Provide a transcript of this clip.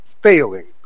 failing